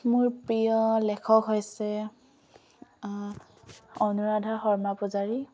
মোৰ প্ৰিয় লেখক হৈছে অনুৰাধা শৰ্মা পূজাৰী